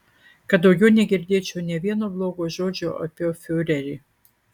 kad daugiau negirdėčiau nė vieno blogo žodžio apie fiurerį